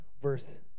verse